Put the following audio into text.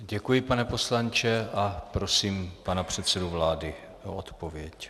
Děkuji, pane poslanče, a prosím pana předsedu vlády o odpověď.